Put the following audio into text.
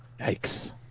Yikes